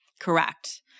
Correct